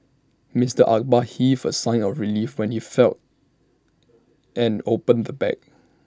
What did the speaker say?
Mister Akbar heaved A sigh of relief when he felt and opened the bag